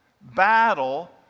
battle